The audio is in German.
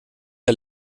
der